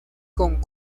con